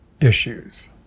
issues